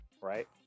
right